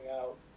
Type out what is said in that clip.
out